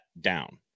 down